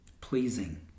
pleasing